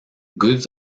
goods